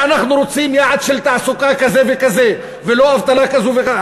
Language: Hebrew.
שאנחנו רוצים יעד של תעסוקה כזה וכזה ולא אבטלה כזו וכזו?